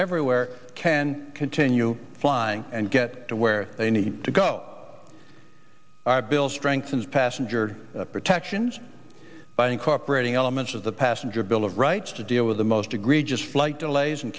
everywhere can continue flying and get to where they need to go our bill strengthens passenger protections by incorporating elements of the passenger bill of rights to deal with the most egregious flight delays and